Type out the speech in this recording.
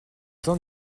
temps